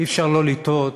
אי-אפשר לא לתהות